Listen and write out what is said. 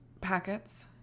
packets